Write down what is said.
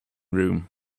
room